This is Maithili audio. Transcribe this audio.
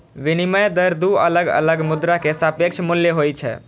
विनिमय दर दू अलग अलग मुद्रा के सापेक्ष मूल्य होइ छै